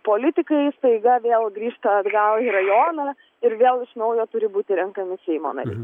politikai staiga vėl grįžta atgal į rajoną ir vėl iš naujo turi būti renkami seimo nariai